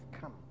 come